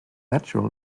natural